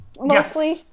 mostly